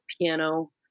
piano